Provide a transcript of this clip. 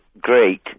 Great